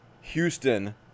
Houston